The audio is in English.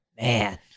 man